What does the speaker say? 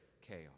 chaos